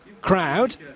crowd